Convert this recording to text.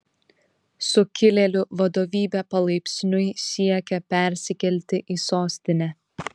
sukilėlių vadovybė palaipsniui siekia persikelti į sostinę